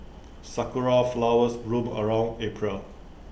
Sakura Flowers bloom around April